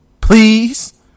please